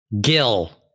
Gil